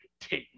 take